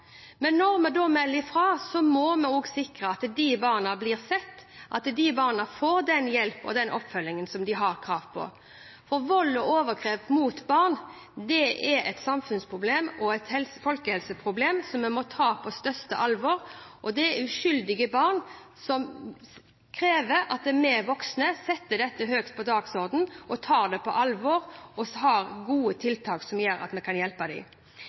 Men når vi da melder fra, må vi også sikre at de barna blir sett, at de barna får den hjelpen og den oppfølgingen som de har krav på. Vold og overgrep mot barn er et samfunnsproblem og et folkehelseproblem som vi må ta på største alvor. Det er uskyldige barn som krever at vi voksne setter dette høyt på dagsordenen, tar det på alvor og har gode tiltak som gjør at vi kan hjelpe